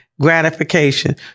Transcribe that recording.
gratification